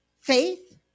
faith